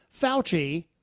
Fauci